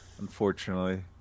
unfortunately